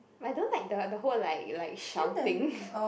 I don't like the the hall like like shouting